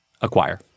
acquire